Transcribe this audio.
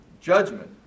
judgment